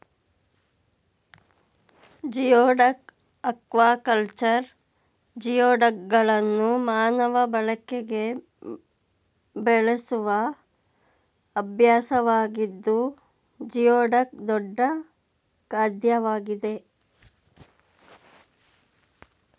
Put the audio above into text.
geoduck aquaculture ಜಿಯೋಡಕ್ಗಳನ್ನು ಮಾನವ ಬಳಕೆಗೆ ಬೆಳೆಸುವ ಅಭ್ಯಾಸವಾಗಿದ್ದು ಜಿಯೋಡಕ್ ದೊಡ್ಡ ಖಾದ್ಯವಾಗಿದೆ